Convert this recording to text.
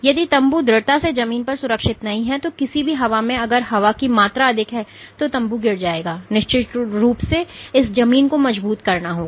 यदि तम्बू दृढ़ता से जमीन पर सुरक्षित नहीं है तो किसी भी हवा में अगर हवा की मात्रा अधिक है तो तम्बू गिर जाएगा और निश्चित रूप से इस जमीन को मजबूत करना होगा